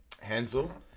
Hansel